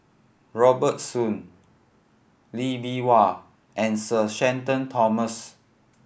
Robert Soon Lee Bee Wah and Sir Shenton Thomas